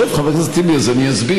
שב, חבר הכנסת טיבי, אז אני אסביר.